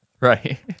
Right